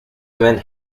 event